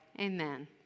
Amen